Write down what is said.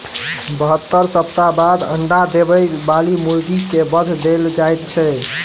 बहत्तर सप्ताह बाद अंडा देबय बाली मुर्गी के वध देल जाइत छै